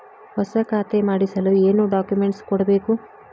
ಹೊಸ ಖಾತೆ ಮಾಡಿಸಲು ಏನು ಡಾಕುಮೆಂಟ್ಸ್ ಕೊಡಬೇಕು?